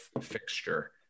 fixture